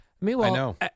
Meanwhile